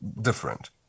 different